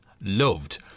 loved